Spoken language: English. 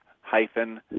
hyphen